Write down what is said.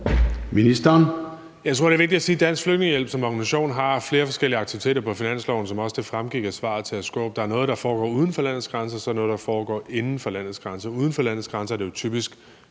Bek): Jeg tror, det er vigtigt at sige, at Dansk Flygtningehjælp som organisation har flere forskellige aktiviteter på finansloven, som det også fremgik af svaret til hr. Peter Skaarup. Der er noget, der foregår uden for landets grænser, og så er der noget, der foregår inden for landets grænser. Uden for landets grænser er det jo typisk,